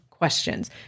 questions